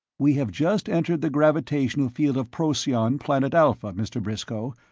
we have just entered the gravitational field of procyon planet alpha, mr. briscoe.